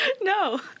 No